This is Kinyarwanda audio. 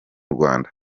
rwanda